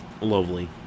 Lovely